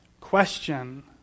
question